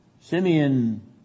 Simeon